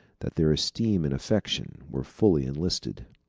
that their esteem and affection were fully enlisted.